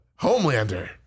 Homelander